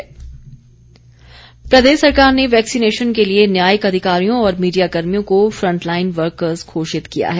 frontline workers प्रदेश सरकार ने वैक्सीनेशन के लिए न्यायिक अधिकारियों और मीडियाकर्मियों को फ्रंटलाईन वर्कर्स घोषित किया है